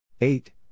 Eight